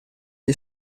gli